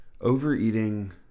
overeating